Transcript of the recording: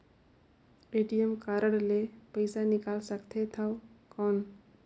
ATM card ले पइसा निकाल सकथे थव कौन?